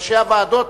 ראשי הוועדות,